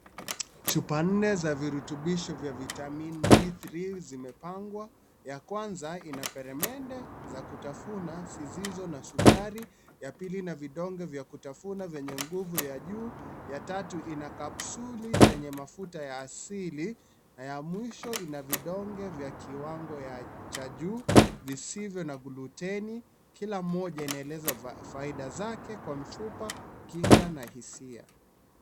Chupa nne za virutubisho za vitamin D3, zimepangwa. Ya kwanza Ina peremende za kutafuna zisizo na sukari , ya pili Ina vidonge vya kutafuna vyenye nguvi ya juu ya Ina capsule zenye mafuta ya asili , na ya mwisho Ina kiwango ya juu zisivyo na gluten